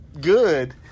good